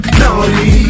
naughty